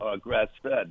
grass-fed